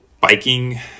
biking